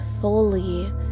fully